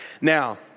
Now